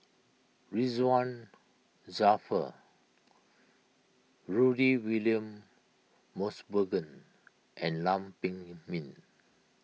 Ridzwan Dzafir Rudy William Mosbergen and Lam Pin Min